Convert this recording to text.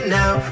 now